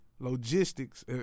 logistics